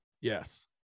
Yes